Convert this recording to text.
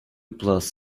plus